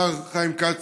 השר חיים כץ,